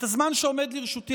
את הזמן שעומד לרשותי,